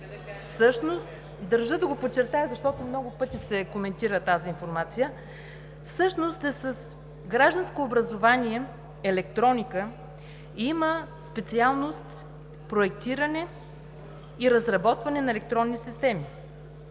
…всъщност държа да го подчертая, защото много пъти се коментира тази информация, е с гражданско образование „Електроника“ и има специалност „Проектиране и разработване на електронни системи“.